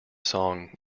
song